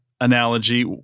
analogy